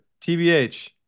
TBH